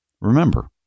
Remember